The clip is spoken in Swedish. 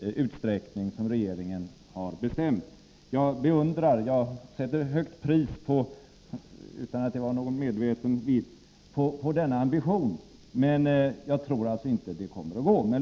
på det sätt som regeringen har bestämt. Jag sätter ett högt pris på socialdemokraternas ambition, men jag tror inte att det kommer att lyckas.